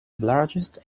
largest